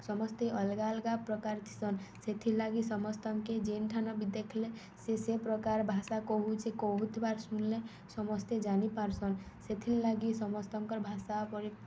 ସମସ୍ତେ ଅଲ୍ଗା ଅଲ୍ଗା ପ୍ରକାର୍ ଥିସନ୍ ସେଥିର୍ଲାଗି ସମସ୍ତଙ୍କେ ଯେନଠାନ ବି ଦେଖ୍ଲେ ସେ ସେ ପ୍ରକାର୍ ଭାଷା କହୁଛେ କହୁଥିବାର୍ ଶୁନ୍ଲେ ସମସ୍ତେ ଜାନିପାର୍ସନ୍ ସେଥିର୍ଲାଗି ସମସ୍ତଙ୍କର୍ ଭାଷା ପରି